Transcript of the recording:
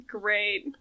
great